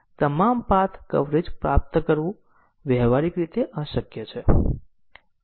3 માટે પરંતુ અહીં અવલોકન કરવા માટે અગત્યની બાબત એ છે કે 3 થી કંટ્રોલ 4 પર આવતું નથી લૂપ અભિવ્યક્તિનું મૂલ્યાંકન કરવામાં આવે છે